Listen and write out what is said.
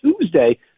Tuesday